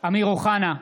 אמיר אוחנה,